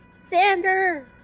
Xander